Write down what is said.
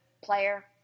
player